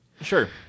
Sure